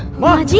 lord yeah